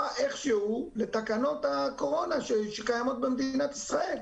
איכשהו לתקנות הקורונה שקיימות במדינת ישראל.